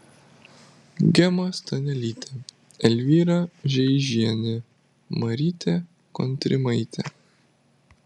gema stanelytė elvyra žeižienė marytė kontrimaitė